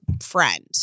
friend